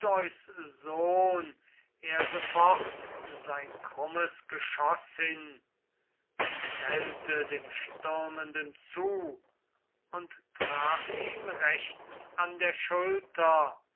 sohn er sofort sein krummes geschoß hin schnellte dem stürmenden zu und traf ihn rechts an der schulter